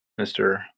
Mr